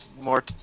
more